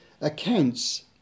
accounts